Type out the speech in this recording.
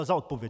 Za odpověď.